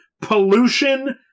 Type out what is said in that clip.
pollution